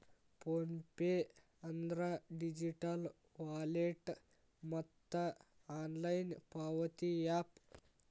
phone pay ಅಂದ್ರ digital wallet ಮತ್ತ online ಪಾವತಿ ಯಾಪ್